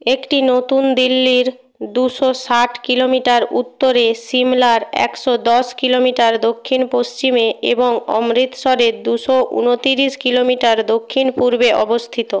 একটি নতুন দিল্লির দুশো ষাট কিলোমিটার উত্তরে সিমলার একশো দশ কিলোমিটার দক্ষিণ পশ্চিমে এবং অমৃতসরের দুশো উনতিরিশ কিলোমিটার দক্ষিণ পূর্বে অবস্থিত